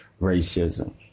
racism